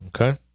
Okay